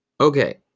okay